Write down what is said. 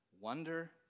wonder